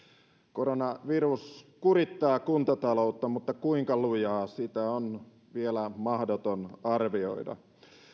koronavirus kurittaa kuntataloutta mutta kuinka lujaa sitä on vielä mahdoton arvioida